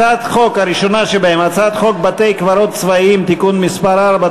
הצעת החוק הראשונה שבהן: הצעת חוק בתי-קברות צבאיים (תיקון מס' 4),